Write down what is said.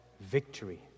victory